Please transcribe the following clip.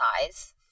size